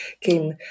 came